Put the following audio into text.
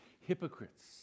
hypocrites